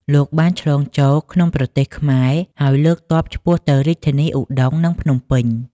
លោកបានឆ្លងចូលក្នុងប្រទេសខ្មែរ ហើយលើកទ័ពឆ្ពោះទៅរាជធានីឧដុង្គ និងភ្នំពេញ។